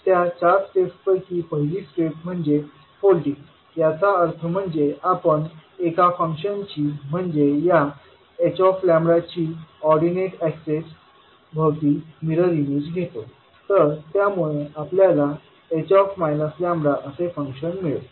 त्या चार स्टेप्स पैकी पहिली स्टेप्स म्हणजे फोल्डिंग याचा अर्थ म्हणजे आपण एका फंक्शनची म्हणजे या h ची ओर्डिनेट एक्सिस भवती मिरर इमेज घेतो तर त्यामुळे आपल्याला h असे फंक्शन मिळेल